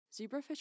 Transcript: Zebrafish